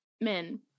men